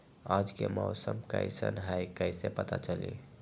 आज के मौसम कईसन हैं कईसे पता चली?